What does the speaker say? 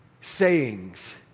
sayings